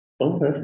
Okay